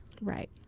Right